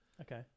Okay